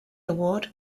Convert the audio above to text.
award